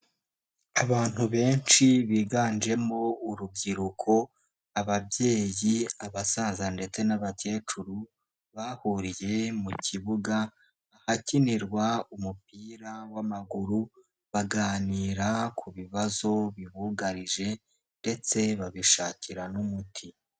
Abantu benshi biganjemo urubyiruko, ababyeyi, abasaza ndetse n'abakecuru bahuriye mu kibuga ahakinirwa umupira w'amaguru baganira ku bibazo bibugarije ndetse babishakira n'umuti.